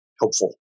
helpful